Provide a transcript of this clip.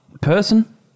person